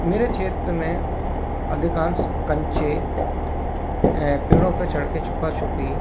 मेरे क्षेत्र में अधिकांश कंचे अ पेड़ों पर चढ़ के छुपा छुपी